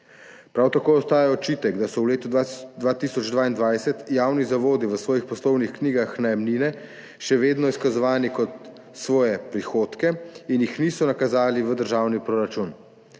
Prav tako ostaja očitek, da so v letu 2022 javni zavodi v svojih poslovnih knjigah najemnine še vedno izkazovali kot svoje prihodke in jih niso nakazali v državni proračun.